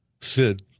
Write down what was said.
Sid